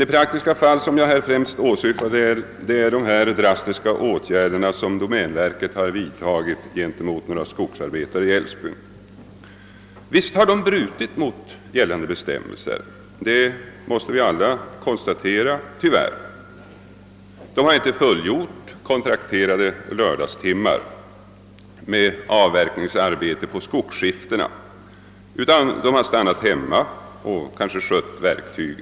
Det praktiska fall som jag främst åsyftade är de drastiska åtgärder som domänverket vidtagit gentemot ett antal skogsarbetare i Älvsbyn. Visst har dessa arbetare brutit mot gällande bestämmelser; det måste vi tyvärr alla konstatera. De har inte fullgjort kontrakterade lördagstimmar med avverkningsarbete på skogsskiftena utan stannat hemma och kanske skött sina verktyg.